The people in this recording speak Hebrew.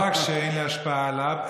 לא רק שאין לי השפעה עליו,